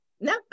No